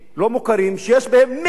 שיש בהם 100,000 תושבים,